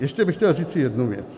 Ještě bych chtěl říci jednu věc.